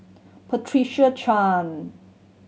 Patricia Chan